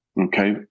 okay